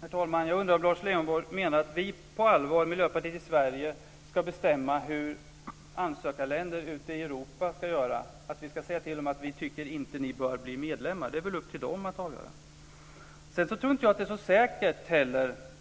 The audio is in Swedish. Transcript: Herr talman! Jag undrar om Lars Leijonborg på allvar menar att vi, Miljöpartiet i Sverige, ska bestämma hur ansökarländer ute i Europa ska göra, att vi ska säga till dem att vi inte tycker att de bör bli medlemmar. Det är väl upp till dem att avgöra. Sedan tror inte jag att det är så säkert